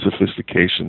sophistication